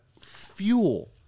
fuel